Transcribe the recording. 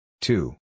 two